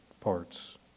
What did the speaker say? parts